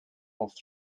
oft